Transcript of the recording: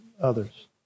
others